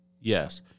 Yes